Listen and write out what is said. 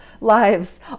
lives